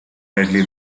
deadly